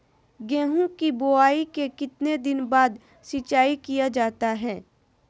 गेंहू की बोआई के कितने दिन बाद सिंचाई किया जाता है?